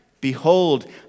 behold